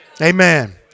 Amen